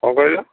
କ'ଣ କହିଲ